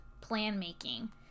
plan-making